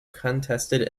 contested